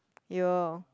aiyo